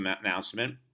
announcement